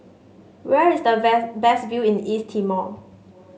where is the best view in East Timor